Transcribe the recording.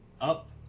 up